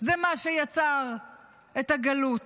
זה מה שיצר את הגלות.